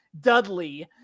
Dudley